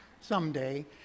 someday